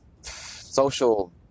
social